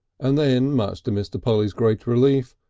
and then, much to mr. polly's great relief,